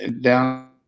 down